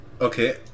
Okay